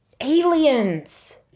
Aliens